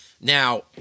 Now